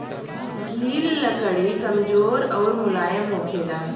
गिल लकड़ी कमजोर अउर मुलायम होखेला